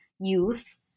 youth